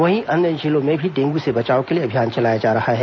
वहीं अन्य जिलों में भी डेंगू से बचाव के लिए अभियान चलाया जा रहा है